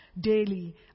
daily